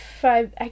five